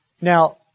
Now